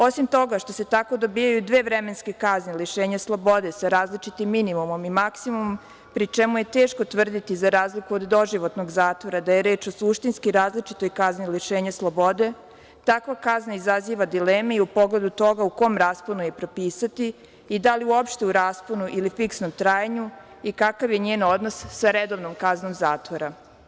Osim toga što se tako dobijaju dve vremenske kazne, lišenje slobode sa različitim minimumom i maksimumom, pri čemu je teško tvrditi, za razliku od doživotnog zatvora, da je reč o suštinski različitoj kazni lišenja slobode, takva kazna izaziva dileme i u pogledu toga u kom rasponu je propisati i da li uopšte u rasponu ili fiksnom trajanju i kakav je njen odnos sa redovnom kaznom zatvora.